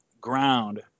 ground